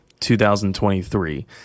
2023